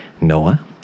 Noah